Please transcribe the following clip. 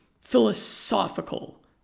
philosophical